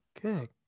Good